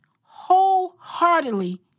wholeheartedly